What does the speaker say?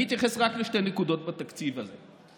אני אתייחס רק לשתי נקודות בתקציב הזה.